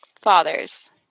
Fathers